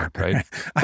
right